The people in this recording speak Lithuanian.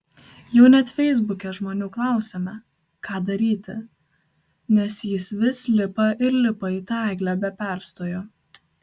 jau net feisbuke žmonių klausėme ką daryti nes jis vis lipa ir lipa į tą eglę be perstojo